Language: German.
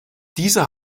dieser